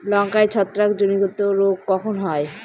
লঙ্কায় ছত্রাক জনিত রোগ কখন হয়?